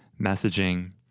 messaging